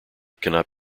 cannot